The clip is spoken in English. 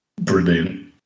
Brilliant